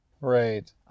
right